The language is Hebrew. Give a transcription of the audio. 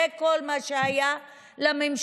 זה כל מה שהיה לממשלה,